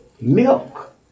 milk